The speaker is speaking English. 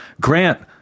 Grant